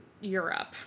europe